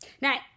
Now